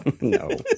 No